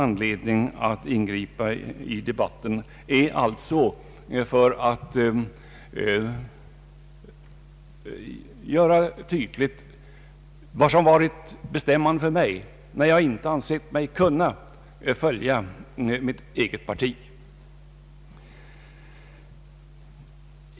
Anledningen till att jag ingriper i debatten är alltså att klargöra vad som varit bestämmande för mig när jag inte ansett mig kunna följa mitt eget parti.